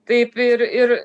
taip ir ir